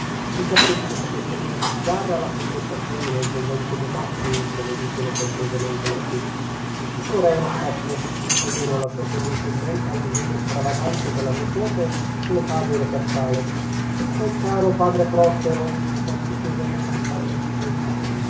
un capriccio di testolina bizzarra l'ha condotta qui nel convento dei matti come dicono cortesemente laggiù il tutore è uno sciocco almeno la sua condiscendenza al disegno stravagante della nepote ce lo fa avere per tale quel caro padre prospero notò pietosamente il padre anselmo